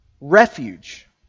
refuge